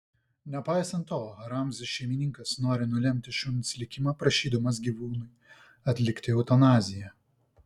nepaisant to ramzio šeimininkas nori nulemti šuns likimą prašydamas gyvūnui atlikti eutanaziją